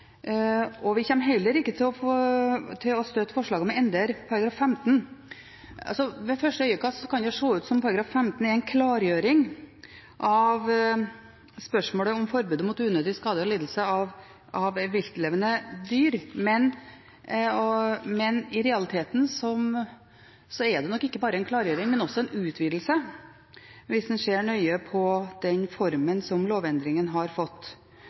Vi kommer heller ikke til å støtte forslaget om å endre § 15. Ved første øyekast kan det se ut som om § 15 er en klargjøring av spørsmålet om forbudet mot unødig skade og lidelse på viltlevende dyr, men i realiteten er det nok ikke bare en klargjøring, men også en utvidelse, hvis en ser nøye på den formen lovendringen har fått.